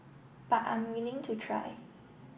but I'm willing to try